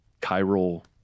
chiral